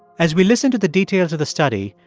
as we listen to the details of the study,